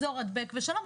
גזור הדבק ושלום,